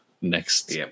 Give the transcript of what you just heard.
next